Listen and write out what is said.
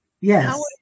Yes